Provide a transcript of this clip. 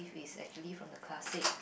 is actually from the classic